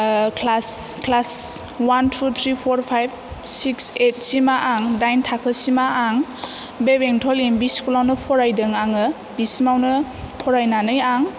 class one two three four five six एइटसिमा आं दाइन थाखोसिमा आं बे बेंटल एम भि स्कुलावनो फरायदों आङो बेसिमावनो फरायनानै आं